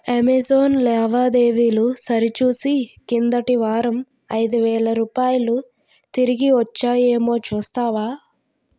Amazon లావాదేవీలు సరిచూసి కిందటి వారం ఐదు వేల రూపాయలు తిరిగి వచ్చాయేమో చూస్తావా